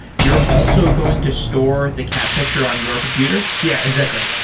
you're also going to store the cat picture on your computer? yeah exactly.